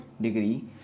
degree